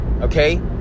Okay